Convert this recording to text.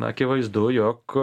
akivaizdu jog